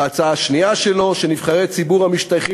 הוא אמר בהצעה השנייה שלו ש"נבחרי ציבור המשתייכים